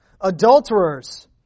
adulterers